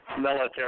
military